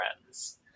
friends